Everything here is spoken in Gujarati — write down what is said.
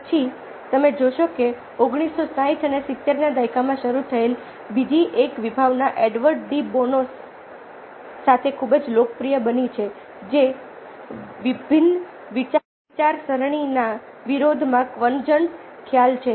પછી તમે જોશો કે 1960 અને 70 ના દાયકામાં શરૂ થયેલી બીજી એક વિભાવના એડવર્ડ ડી બોનોસ સાથે ખૂબ જ લોકપ્રિય બની છે જે વિભિન્ન વિચારસરણીના વિરોધમાં કન્વર્જન્ટનો ખ્યાલ છે